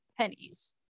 pennies